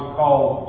called